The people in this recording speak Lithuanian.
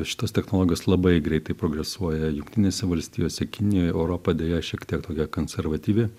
šitos technologijos labai greitai progresuoja jungtinėse valstijose kinijoj europa deja šiek tiek tokia konservatyvi